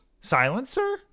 silencer